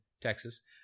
Texas